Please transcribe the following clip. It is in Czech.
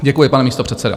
Děkuji, pane místopředsedo.